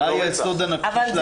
מה יהיה היסוד הנפשי של